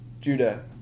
Judah